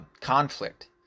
conflict